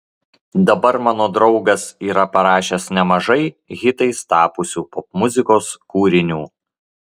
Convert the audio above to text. dabar mano draugas yra parašęs nemažai hitais tapusių popmuzikos kūrinių